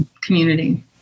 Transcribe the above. community